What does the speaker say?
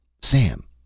Sam